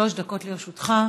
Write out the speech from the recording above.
שלוש דקות לרשותך.